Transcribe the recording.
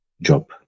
job